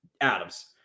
Adams